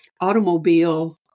automobile